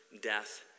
death